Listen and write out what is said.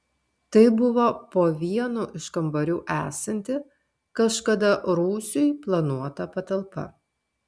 tai buvo po vienu iš kambarių esanti kažkada rūsiui planuota patalpa